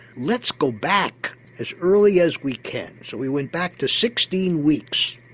let's go back as early as we can. so we went back to sixteen weeks.